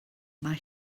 mae